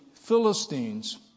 Philistines